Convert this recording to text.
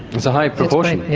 that's a high proportion.